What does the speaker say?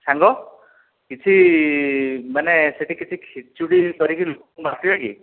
ସାଙ୍ଗ କିଛି ମାନେ ସେହିଠି କିଛି ଖେଚୁଡ଼ି କରିକି ଲୋକଙ୍କୁ ବାଣ୍ଟିବା କି